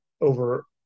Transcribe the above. over